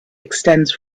extends